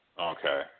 Okay